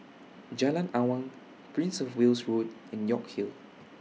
Jalan Awang Prince of Wales Road and York Hill